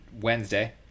Wednesday